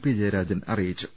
P Jayarajan അറിയിച്ചു